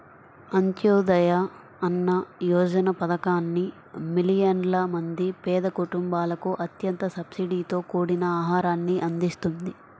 అంత్యోదయ అన్న యోజన పథకాన్ని మిలియన్ల మంది పేద కుటుంబాలకు అత్యంత సబ్సిడీతో కూడిన ఆహారాన్ని అందిస్తుంది